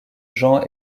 jean